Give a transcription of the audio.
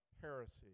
heresy